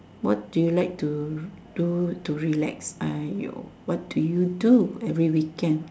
what do you like to do to relax !aiyo! what do you do every weekend